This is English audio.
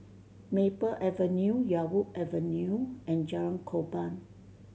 Maple Avenue Yarwood Avenue and Jalan Korban